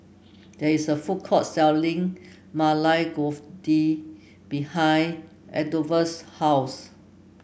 there is a food court selling Maili Kofta behind Adolphus' house